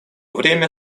время